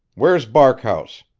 where's barkhouse?